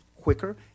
quicker